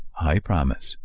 i promise,